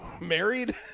married